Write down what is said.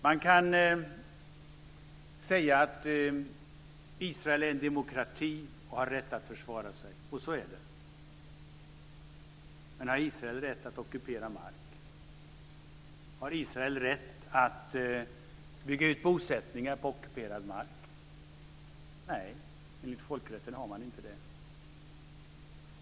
Man kan säga att Israel är en demokrati och har rätt att försvara sig, och så är det. Men har Israel rätt att ockupera mark? Har Israel rätt att bygga ut bosättningar på ockuperad mark? Nej, enligt folkrätten har man inte det.